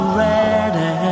ready